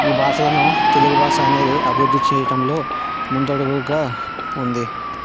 ఈ భాషలను తెలుగు బాష అనేది అభివృద్ధి చేయడంలో ముందడుగుగా ఉంది